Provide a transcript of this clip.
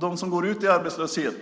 De som går ut i arbetslöshet